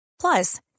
Plus